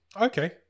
Okay